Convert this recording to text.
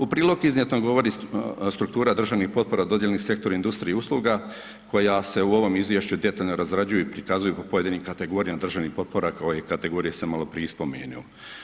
U prilog iznijetom govori struktura državnih potpora dodijeljeni sektoru industriji i usluga koja se u ovom izvješću detaljno izrađuju i prikazuju po pojedinim kategorijama državnih potpora kao i kategorije koje sam malo prije i spomenuo.